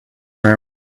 round